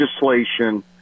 legislation